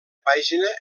pàgina